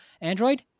Android